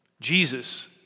Jesus